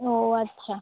ও আচ্ছা